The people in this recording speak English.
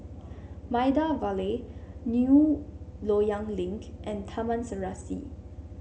Maida Vale New Loyang Link and Taman Serasi